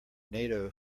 nato